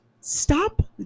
Stop